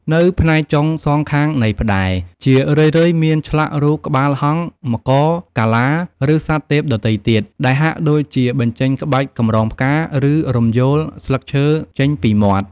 នៅផ្នែកចុងសងខាងនៃផ្តែរ ជារឿយៗមានឆ្លាក់រូប ក្បាលហង្ស មករ កាលា ឬសត្វទេពដទៃទៀត ដែលហាក់ដូចជាបញ្ចេញក្បាច់កម្រងផ្កា ឬរំយោលស្លឹកឈើចេញពីមាត់។